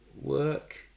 work